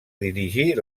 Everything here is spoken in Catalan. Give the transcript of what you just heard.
dirigir